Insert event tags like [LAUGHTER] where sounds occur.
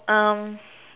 um [NOISE]